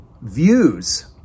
views